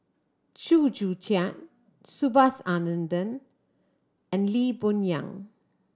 Chew Joo Chiat Subhas Anandan and Lee Boon Yang